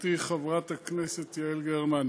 גברתי חברת הכנסת יעל גרמן,